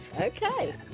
Okay